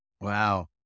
Wow